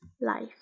life